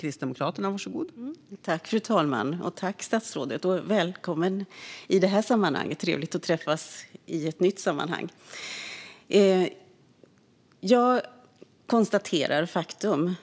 Fru talman! Välkommen i det här sammanhanget, statsrådet! Det är trevligt att träffas i ett nytt sammanhang. Jag konstaterar faktum: